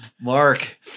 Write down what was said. Mark